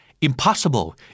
Impossible